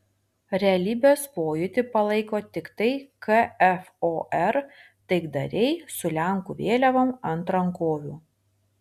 realybės pojūtį palaiko tiktai kfor taikdariai su lenkų vėliavom ant rankovių